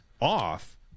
off